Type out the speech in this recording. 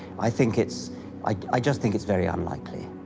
i think it's i just think it's very unlikely.